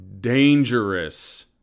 dangerous